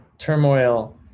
turmoil